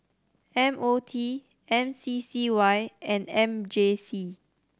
M O T M C C Y and M J C